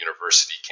university